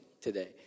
today